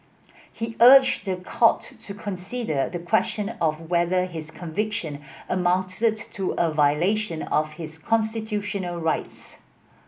he urged the court to consider the question of whether his conviction amounted to a violation of his constitutional rights